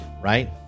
Right